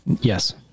Yes